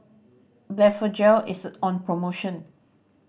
Blephagel is on promotion